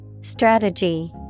Strategy